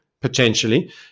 potentially